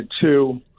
two